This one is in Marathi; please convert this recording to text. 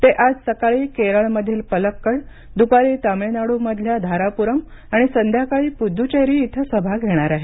ते आज सकाळी केरळमधील पलक्कड दुपारी तमिळनाडूमधल्या धारापुरम आणि संध्याकाळी पुदुच्चेरी इथं सभा घेणार आहेत